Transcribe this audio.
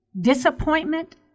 disappointment